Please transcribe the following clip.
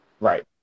Right